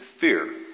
fear